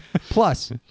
Plus